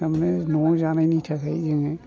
थारमाने न'आव जानायनि थाखाय जोङो